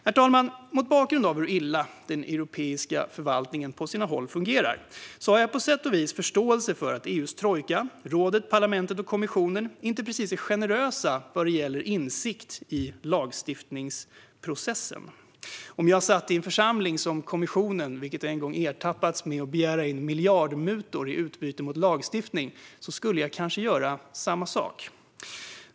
Herr talman! Mot bakgrund av hur illa den europeiska förvaltningen på sina håll fungerar har jag på sätt och vis förståelse för att EU:s trojka, rådet, parlamentet och kommissionen, inte precis är generösa med insyn i lagstiftningsprocessen. Om jag satt i en församling som kommissionen, vilken en gång har ertappats med att begära miljardmutor i utbyte mot lagstiftning, skulle jag kanske göra samma sak.